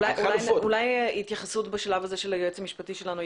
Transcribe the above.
נאפשר התייחסות ליועץ המשפטי שלנו בשלב הזה.